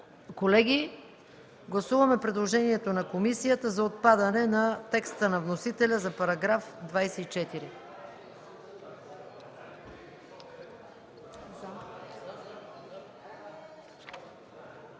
Колеги, гласуваме предложението на комисията за отпадане на текста на вносителя за § 24.